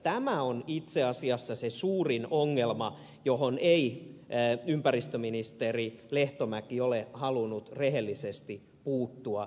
tämä on itse asiassa se suurin ongelma johon ei ympäristöministeri lehtomäki ole halunnut rehellisesti puuttua ja tarttua